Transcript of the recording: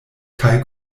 kaj